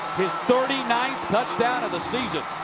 his thirty ninth touchdown of the season.